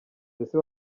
mbese